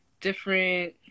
different